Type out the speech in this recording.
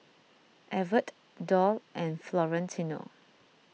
Evertt Doll and Florentino